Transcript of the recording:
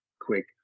quick